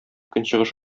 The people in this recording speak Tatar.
көнчыгыш